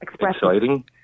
Exciting